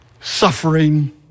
Suffering